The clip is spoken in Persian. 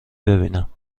ببینم